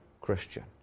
Christian